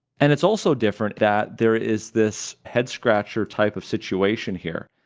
and it's also different that there is this headscratcher type of situation here,